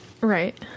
Right